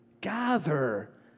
Gather